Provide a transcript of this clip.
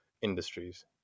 industries